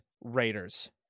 Raiders